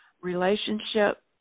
relationship